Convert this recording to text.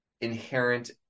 inherent